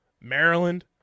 Maryland